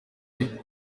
imbere